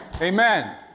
Amen